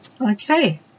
okay